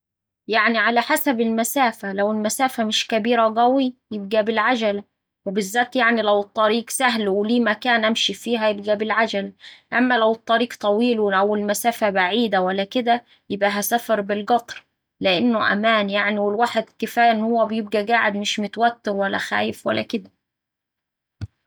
يعني على حسب المسافة، لو المسافة مش كبيرة قوي يبقا بالعجلة وبالذات يعني لو الطريق سهل ولي مكان أمشي فيه هيبقا بالعجلة. أما لو الطريق طويل أو المسافة بعيدة ولا كدا، يبقا هسافر بالقطر لأنه أمان يعني والواحد كفاية أنه بيبقا قاعد مش متوتر ولا خايف ولا كدا.